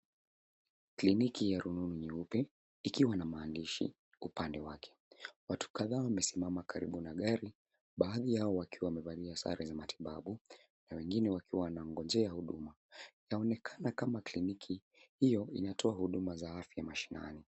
Kliniki ya rununu nyeupe ikiwa na maandishi upande wake. Watu kadhaa wamesimama karibu na gari baadhi yao wakiwa wamevalia sare za matibabu na wengine wakiwa wanangojea huduma. Inaonekana kama kliniki hiyo inatoa huduma za afya mashinani.